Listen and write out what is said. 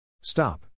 Stop